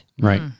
Right